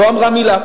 לא אמרה מלה.